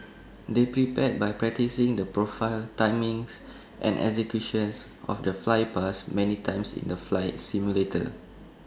they prepared by practising the profile timings and executions of the flypast many times in the flight simulator